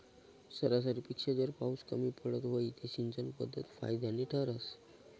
सरासरीपेक्षा जर पाउस कमी पडत व्हई ते सिंचन पध्दत फायदानी ठरस